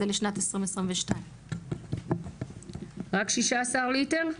זה לשנת 2022. רק 16 ליטר?